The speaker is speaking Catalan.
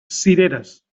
cireres